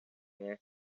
here